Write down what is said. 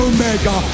Omega